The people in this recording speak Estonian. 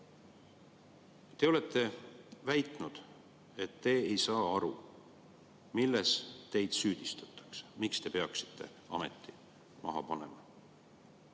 Te olete väitnud, et te ei saa aru, milles teid süüdistatakse, miks te peaksite ameti maha panema.